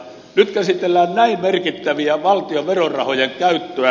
nyt käsitellään näin merkittävää valtion verorahojen käyttöä